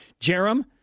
Jerem